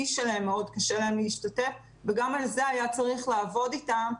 שלהם מאוד קשה להם להשתתף וגם על זה היה צריך לעבוד איתם,